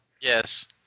Yes